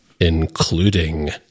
including